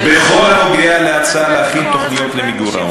בכל הנוגע להצעה להכין תוכניות למיגור העוני,